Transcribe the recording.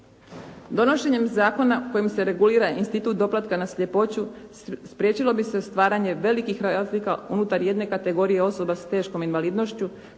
Donošenjem zakona kojim se regulira institut doplatka na sljepoću spriječilo bi se stvaranje velikih razlika unutar jedne kategorije osoba s teškom invalidnošću,